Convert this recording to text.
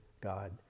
God